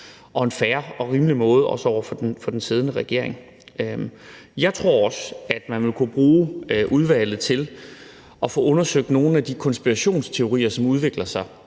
og fair og rimelig måde, også over for den siddende regering. Jeg tror også, at man vil kunne bruge udvalget til at få undersøgt nogle af de konspirationsteorier, som udvikler sig.